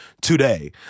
today